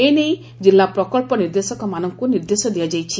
ଏ ନେଇ କିଲ୍ଲା ପ୍ରକକ୍ବ ନିର୍ଦ୍ଦେଶକମାନଙ୍କୁ ନିର୍ଦ୍ଦେଶ ଦିଆଯାଇଛି